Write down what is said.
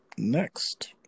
next